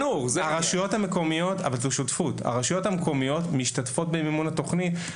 המקומי הרשויות המקומיות משתתפות במימון התכנית.